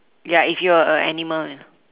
ya if you're a animal